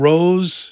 Rose